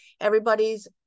everybody's